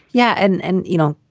yeah and, and you know,